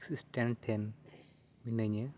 taxi stand ᱴᱷᱮᱱ ᱢᱤᱱᱟᱹᱧᱼᱟ